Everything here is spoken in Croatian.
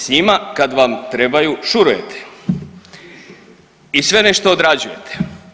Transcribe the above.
S njima kada vam trebaju šurujete i sve nešto odrađujete.